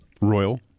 Royal